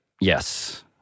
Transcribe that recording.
Yes